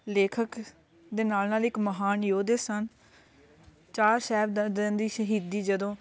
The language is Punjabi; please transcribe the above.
ਲੇਖਕ ਦੇ ਨਾਲ ਨਾਲ ਇੱਕ ਮਹਾਨ ਯੋਧੇ ਸਨ ਚਾਰ ਸਾਹਿਬਜ਼ਾਦਿਆਂ ਦੀ ਸ਼ਹੀਦੀ ਜਦੋਂ